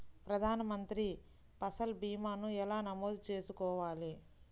ప్రధాన మంత్రి పసల్ భీమాను ఎలా నమోదు చేసుకోవాలి?